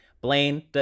Blaine